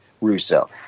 Russo